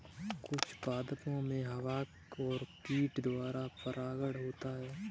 कुछ पादपो मे हवा और कीट द्वारा परागण होता है